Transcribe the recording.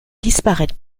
disparaître